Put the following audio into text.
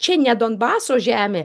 čia ne donbaso žemė